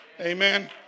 Amen